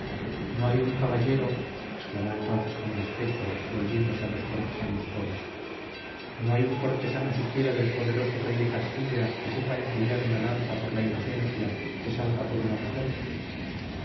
no hay un caballero exclamó entonces con despecho volviéndose a los cortesanos todos no hay un cortesano siquiera del poderoso rey de castilla que sepa empuñar una lanza por la inocencia que salga por una mujer